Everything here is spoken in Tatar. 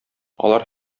алар